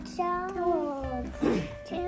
Charles